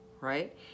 right